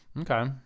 Okay